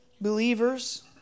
believers